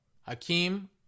Hakeem